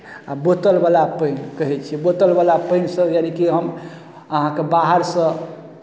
आ बोतलबला पाइन कहै छियै बोतलवला पानिसँ यानिकि हम अहाँके बाहरसँ